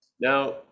Now